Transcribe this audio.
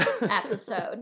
episode